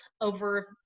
over